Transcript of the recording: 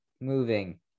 moving